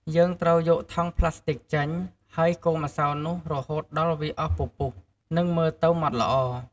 យើងត្រូវយកថង់ផ្លាស្ទិកចេញ ហើយកូរម្សៅនោះរហូតដល់វាអស់ពពុះ និងមើលទៅម៉ដ្ឋល្អ។